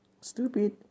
stupid